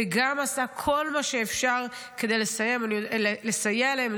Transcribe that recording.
וגם עשה כל מה שאפשר כדי לסייע להם.